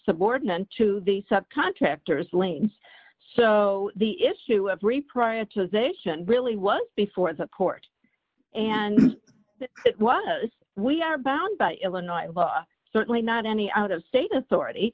subordinate to the subcontractors lanes so the issue of free prioritization really was before the court and it was we are bound by illinois law certainly not any out of state authority